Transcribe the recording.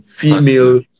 female